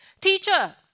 Teacher